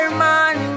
man